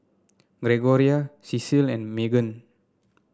Gregoria Cecile and Magan